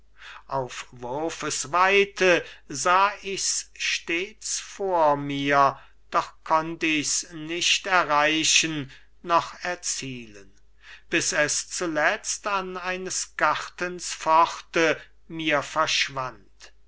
auf wurfes weite sah ich's stets vor mir doch konnt ich's nicht erreichen noch erzielen bis es zuletzt an eines gartens pforte mir verschwand